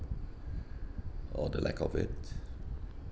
or the lack of it